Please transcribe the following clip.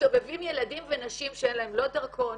מסתובבים ילדים ונשים שאין להם לא דרכון,